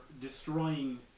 destroying